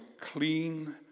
clean